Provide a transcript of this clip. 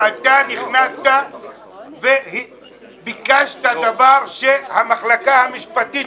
ואתה נכנסת וביקשת דבר שהמחלקה המשפטית